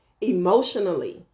emotionally